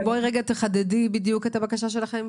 תחדדי בדיוק את הבקשה שלכם,